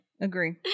Agree